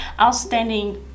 outstanding